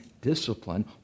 discipline